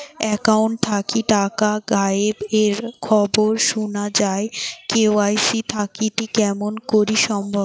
Account থাকি টাকা গায়েব এর খবর সুনা যায় কে.ওয়াই.সি থাকিতে কেমন করি সম্ভব?